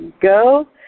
go